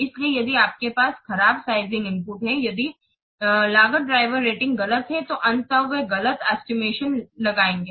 इसलिए यदि आपके पास खराब साइज़िंग इनपुट हैं यदि लागत ड्राइवर रेटिंग गलत हैं तो अंततः वे गलत एस्टिमेशन लगाएंगे